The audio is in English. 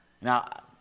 Now